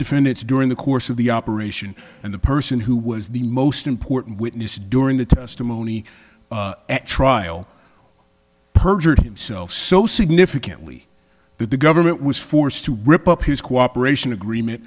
defendants during the course of the operation and the person who was the most important witness during the testimony at trial perjured himself so significantly but the government was forced to rip up his cooperation agreement